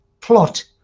plot